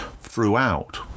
throughout